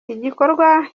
igikorwa